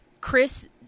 chris